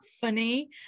funny